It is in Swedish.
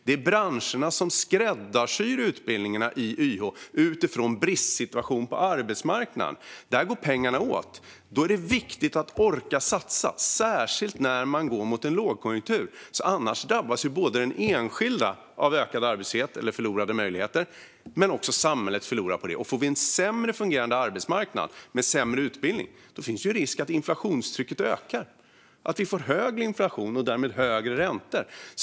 Det är branscherna som skräddarsyr utbildningarna i YH utifrån bristsituationen på arbetsmarknaden. Där går pengarna åt. Då är det viktigt att orka satsa, särskilt när man går mot en lågkonjunktur. Annars drabbas den enskilda av ökad arbetslöshet eller förlorade möjligheter, men också samhället förlorar på det. Och får vi en sämre fungerande arbetsmarknad med sämre utbildning finns det risk att inflationstrycket ökar, att vi får högre inflation och därmed högre räntor.